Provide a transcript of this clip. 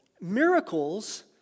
miracles